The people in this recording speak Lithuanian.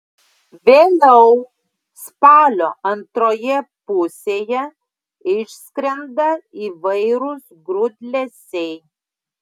vėliau spalio antroje pusėje išskrenda įvairūs grūdlesiai